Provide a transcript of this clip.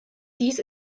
dies